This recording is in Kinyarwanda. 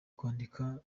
kwandikwa